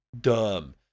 Dumb